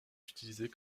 utilisée